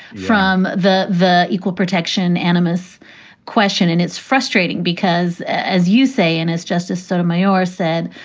from the the equal protection animus question, and it's frustrating because as you say, and as justice sotomayor said,